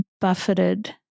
buffeted